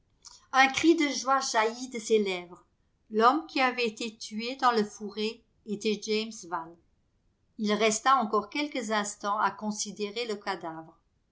un cri de joie jaillit de ses lèvres l'homme qui avait été tué dans le fourré était james van il resta encore quelques instants à considérer le cadavre